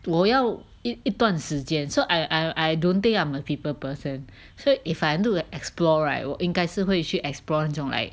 我要一一段时间 so I I I don't think I'm a people person so if I do explore right 我应该是会去 explore 那种 like